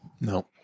No